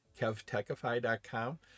kevtechify.com